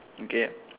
okay